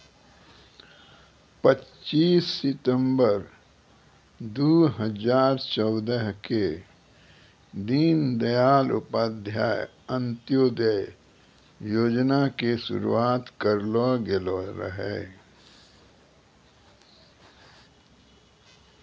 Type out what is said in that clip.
पच्चीस सितंबर दू हजार चौदह के दीन दयाल उपाध्याय अंत्योदय योजना के शुरुआत करलो गेलो रहै